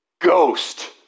ghost